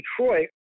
Detroit